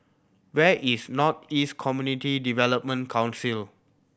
where is North East Community Development Council